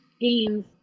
Games